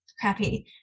crappy